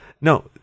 no